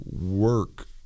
work